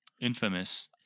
Infamous